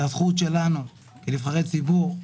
זה הזכות שלנו כנבחרי ציבור.